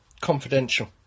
confidential